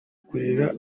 kurera